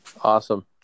Awesome